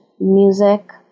Music